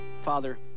Father